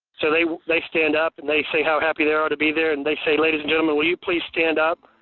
so, they they stand up and they say how happy they are to be there and they say, ladies and gentlemen, will you please stand up.